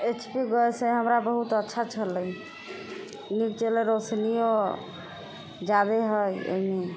H P gas हइ हमरा बहुत अच्छा छलै नीक जकांँ रोशनियो जादा हइ एहिमे